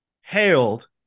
Hailed